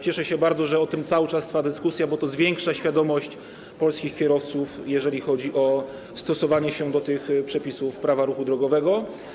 Cieszę się bardzo, że o tym cały czas trwa dyskusja, bo to zwiększa świadomość polskich kierowców, jeżeli chodzi o stosowanie się do tych przepisów Prawa o ruchu drogowym.